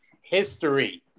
history